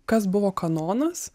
kas buvo kanonas